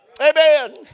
Amen